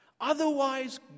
Otherwise